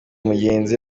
mugenzi